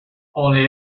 only